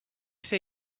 see